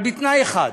אבל בתנאי אחד: